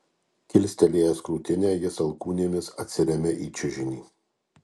kilstelėjęs krūtinę jis alkūnėmis atsiremia į čiužinį